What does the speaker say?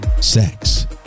sex